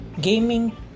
gaming